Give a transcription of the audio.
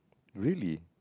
really